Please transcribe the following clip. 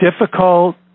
difficult